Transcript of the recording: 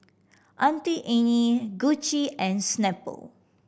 Auntie Anne Gucci and Snapple